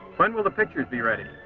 when will the pictures be ready?